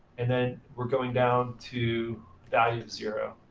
and then we're going down to value of zero.